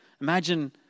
Imagine